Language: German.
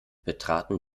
betraten